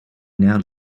now